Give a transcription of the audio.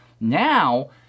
Now